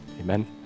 Amen